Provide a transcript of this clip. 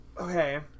Okay